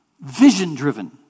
vision-driven